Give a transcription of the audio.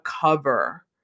cover